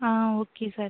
ah okay sir